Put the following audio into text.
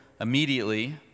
immediately